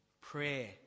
Prayer